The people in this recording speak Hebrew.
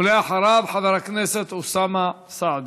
ואחריו, חבר הכנסת אוסאמה סעדי.